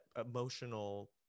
emotional